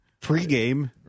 pre-game